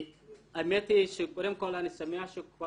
--- האמת היא שקודם כל אני שמח שכל